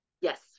yes